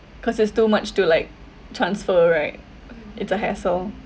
cause it's too much to like transfer right it's a hassle